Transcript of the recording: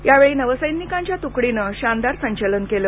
यावेळी नवसैनिकांच्या तुकडीनं शानदार संचलन केलं